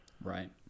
right